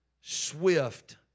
swift